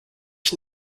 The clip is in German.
ich